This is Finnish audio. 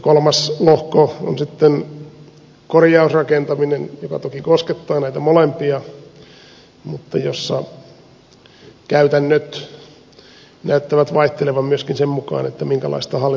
kolmas lohko on sitten korjausrakentaminen joka toki koskettaa näitä molempia mutta jossa käytännöt näyttävät vaihtelevan myöskin sen mukaan minkälaisesta hallintotyypistä on kysymys